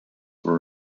were